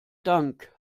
dank